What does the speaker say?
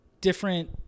different